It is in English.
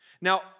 Now